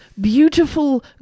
beautiful